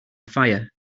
fire